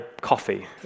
coffee